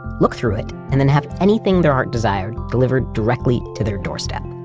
look through it, and then have anything their heart desired delivered directly to their doorstep.